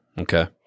Okay